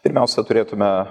pirmiausia turėtume